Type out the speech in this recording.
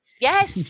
Yes